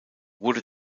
wurde